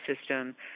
system